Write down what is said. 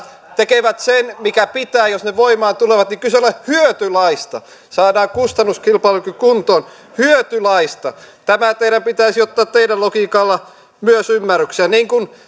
tekevät sen mikä pitää jos ne voimaan tulevat kyse ole hyötylaeista saadaan kustannuskilpailukyky kuntoon kyse on hyötylaeista tämä teidän pitäisi ottaa teidän logiikallanne myös ymmärrykseen niin kuin